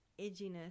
edginess